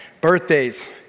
Birthdays